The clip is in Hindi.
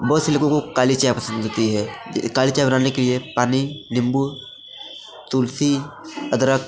बहुत से लोगों को काली चाय पसंद होती है काली चाय बनाने के लिए पानी नींबू तुलसी अदरक